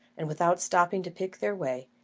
and without stopping to pick their way,